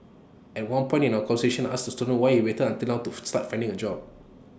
at one point in our conversation I asked the student why he waited until now to start finding A job